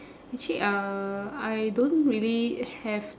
actually uh I don't really have